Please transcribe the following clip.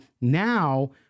Now